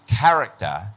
character